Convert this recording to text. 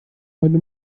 heute